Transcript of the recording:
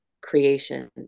creation